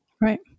Right